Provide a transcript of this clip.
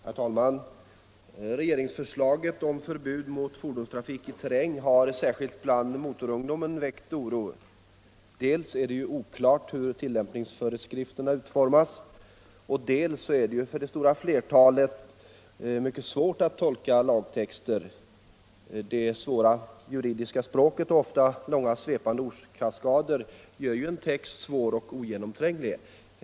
Herr talman! Regeringsförslaget om förbud mot motorfordonstrafik i terräng har särskilt hos motorungdom väckt oro. Dels är det ju oklart hur tillämpningsföreskrifterna utformas, dels är det för det stora flertalet mycket svårt att tolka lagtexter. Det svåra juridiska språket och ofta långa, svepande ordkaskader gör en text svår och ogenomtränglig.